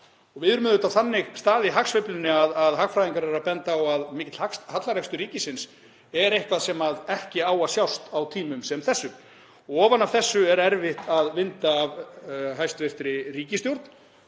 Við erum á þannig stað í hagsveiflunni að hagfræðingar benda á að mikill hallarekstur ríkisins er eitthvað sem ekki á að sjást á tímum sem þessum. Ofan af þessu er erfitt að vinda fyrir hæstv. ríkisstjórn